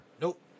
Nope